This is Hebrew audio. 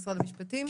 משרד המשפטים,